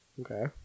okay